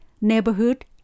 neighborhood